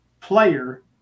player